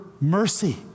mercy